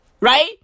Right